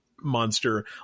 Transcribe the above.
Monster